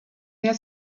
their